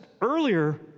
earlier